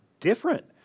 different